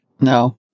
No